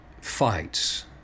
fights